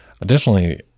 Additionally